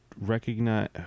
Recognize